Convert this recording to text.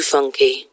Funky